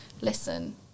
listen